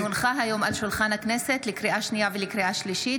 כי הונחה היום על שולחן הכנסת לקריאה שנייה ולקריאה שלישית,